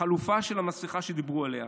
החלופה של המסכה שדיברו עליה,